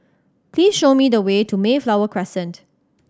please show me the way to Mayflower Crescent